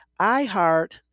iHeart